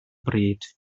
bryd